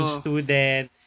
student